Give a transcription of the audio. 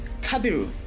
Kabiru